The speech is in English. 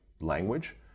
language